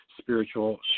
spiritual